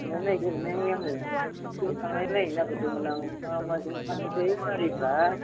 थांनाय नायगौमोनहाय आंबो थांनाय नायनो नागेरदोंमोन आं मा माजों थाङोथाय गारिफ्रा